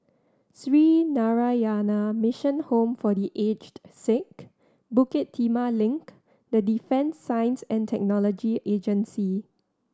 Sree Narayana Mission Home for The Aged Sick Bukit Timah Link and Defence Science And Technology Agency